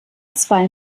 zwei